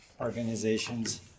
organizations